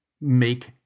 make